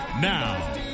Now